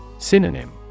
Synonym